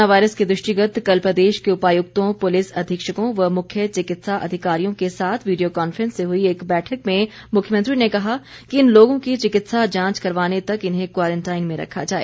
corona virus के दृष्टिगत कल प्रदेश के उपायुक्तों पुलिस अधीक्षकों व मुख्य चिकित्सा अधिकारियों के साथ वीडियो कॉन्फ्रेंस से हुई एक बैठक में मुख्यमंत्री ने कहा कि इन लोगों की चिकित्सा जांच करवाने तक इन्हें क्वारंटाइन में रखा जाए